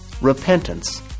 repentance